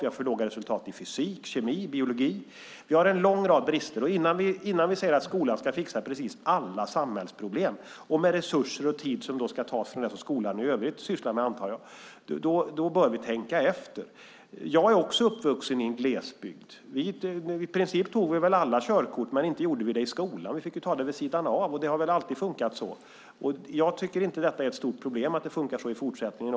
Vi har för låga resultat i fysik, kemi och biologi. Vi har en lång rad brister. Innan vi säger att skolan ska fixa precis alla samhällsproblem och detta med resurser och tid som jag antar ska tas från det som skolan sysslar med i övrigt bör vi tänka efter. Jag är också uppvuxen i en glesbygd. I princip tog vi väl alla körkort, men inte gjorde vi det i skolan! Vi fick ta det vid sidan av. Det har väl alltid funkat så. Jag tycker inte att det är något stort problem att det funkar så också i fortsättningen.